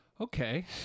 Okay